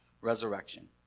resurrection